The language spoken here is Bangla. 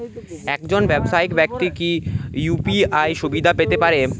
একজন ব্যাবসায়িক ব্যাক্তি কি ইউ.পি.আই সুবিধা পেতে পারে?